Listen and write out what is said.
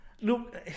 Look